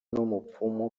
n’umupfumu